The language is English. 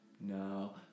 No